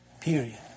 Period